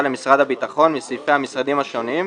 למשרד הביטחון מסעיפי המשרדים השונים,